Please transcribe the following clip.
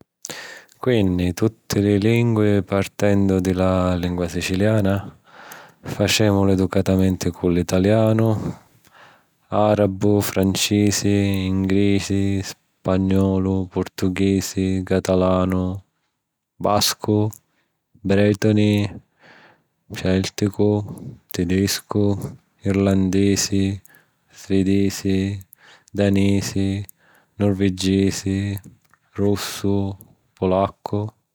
Quinni, tutti li lingui partennu di la lingua siciliana. Facèmulu educatamenti cu l’italianu, àrabu, francisi, ngrisi, spagnolu, purtughisi, catalanu, bascu, brètuni, cèlticu, tidiscu, irlandisi, svidisi, danisi, nurviggisi, russu, pulaccu.